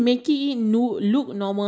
I think it's just nervous